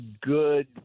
good